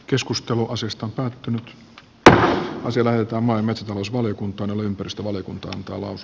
keskustelu asiasta päättänyt että voisi vaeltamaan metsätalousvaliokunta ympäristövaliokuntaan talous